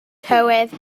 tywydd